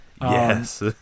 yes